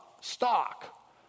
stock